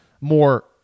more